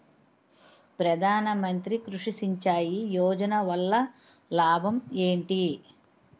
ప్రధాన మంత్రి కృషి సించాయి యోజన వల్ల లాభం ఏంటి?